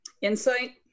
Insight